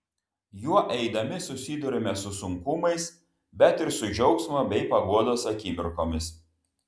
juo eidami susiduriame su sunkumais bet ir su džiaugsmo bei paguodos akimirkomis